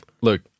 Look